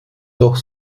doch